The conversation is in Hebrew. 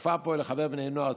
הכפר פועל לחבר בני נוער,